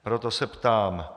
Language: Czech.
Proto se ptám.